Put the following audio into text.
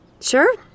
Sure